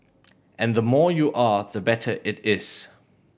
and the more you are the better it is